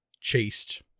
chased